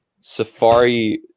Safari